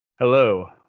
Hello